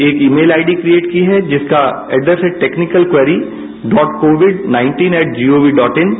एक email ID create की है जिसका एड्रैस है technical query dot Covid nineteen at G O V dot in